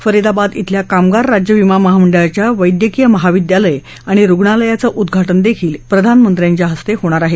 फरिदाबाद श्रिल्या कामगार राज्य विमा महामंडळाच्या वैद्यकीय महाविद्यालय आणि रुग्णालयाचं उद्घाटनही प्रधानमंत्र्यांच्या हस्ते होणार आहे